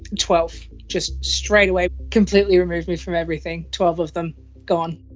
twelve just straight away completely removed me from everything. twelve of them gone